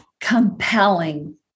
Compelling